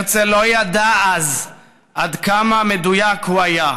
הרצל לא ידע אז עד כמה מדויק הוא היה.